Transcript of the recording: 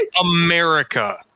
America